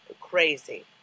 crazy